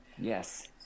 yes